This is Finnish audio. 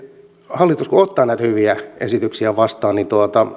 hallitus ottaa näitä hyviä esityksiä vastaan niin